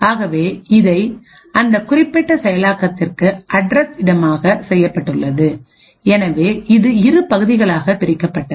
ஆகவே இதை அந்த குறிப்பிட்ட செயலாக்கத்திற்கு அட்ரஸ் இடமாக செய்யப்பட்டுள்ளது எனவே இது இரு பகுதிகளாகப் பிரிக்கப்பட்டது